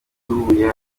duhuye